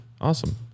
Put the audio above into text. awesome